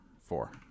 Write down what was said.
Four